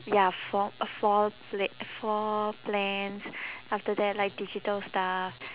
ya for a floor pla~ uh floor plans after that like digital stuff